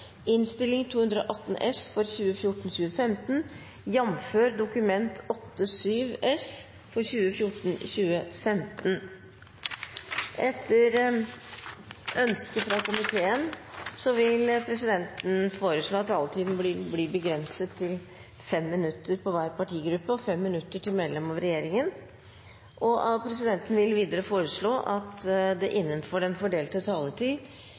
innstilling. Flere har ikke bedt om ordet til sak nr. 3. Etter ønske fra næringskomiteen vil presidenten foreslå at taletiden blir begrenset til 5 minutter til hver partigruppe og 5 minutter til medlem av regjeringen. Videre vil presidenten foreslå at det blir gitt anledning til seks replikker med svar etter innlegg fra medlemmer av regjeringen, innenfor den fordelte taletid,